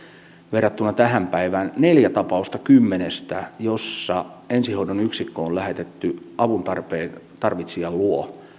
verrattuna tähän päivään neljä tapausta kymmenestä jossa ensihoidon yksikkö on lähetetty avuntarvitsijan luo